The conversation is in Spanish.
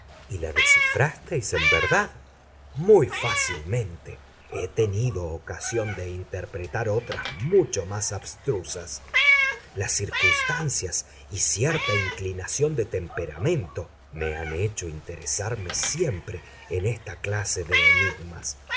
y la descifrasteis en verdad muy fácilmente he tenido ocasión de interpretar otras mucho más abstrusas las circunstancias y cierta inclinación de temperamento me han hecho interesarme siempre en esta clase de enigmas